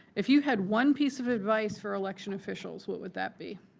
if you had one piece of advice for election officials, what would that be?